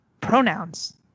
pronouns